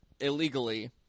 illegally